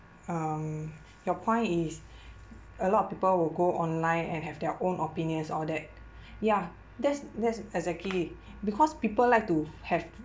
um your point is a lot of people will go online and have their own opinions all that ya that's that's exactly because people like to have